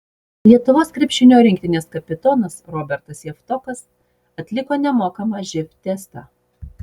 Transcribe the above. lietuvos krepšinio rinktinės kapitonas robertas javtokas atliko nemokamą živ testą